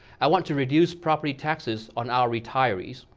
i want to reduce property taxes on our retirees.